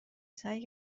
سعی